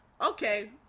okay